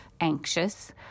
anxious